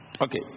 Okay